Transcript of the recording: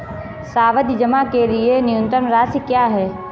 सावधि जमा के लिए न्यूनतम राशि क्या है?